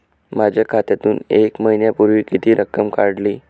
माझ्या खात्यातून एक महिन्यापूर्वी किती रक्कम काढली?